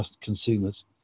consumers